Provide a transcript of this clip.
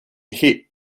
hit